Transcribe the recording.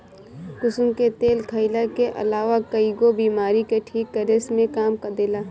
कुसुम के तेल खाईला के अलावा कईगो बीमारी के ठीक करे में काम देला